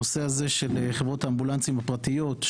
הנושא הזה של חברות האמבולנסים הפרטיות,